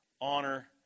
honor